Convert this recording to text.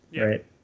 right